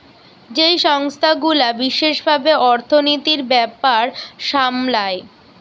যেই সংস্থা গুলা বিশেষ ভাবে অর্থনীতির ব্যাপার সামলায়